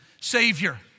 Savior